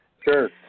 Sure